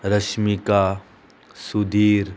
Rashmika Sudhir